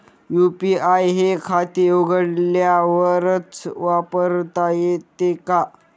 UPI हे खाते उघडल्यावरच वापरता येते का?